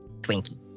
Twinkie